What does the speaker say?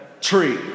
tree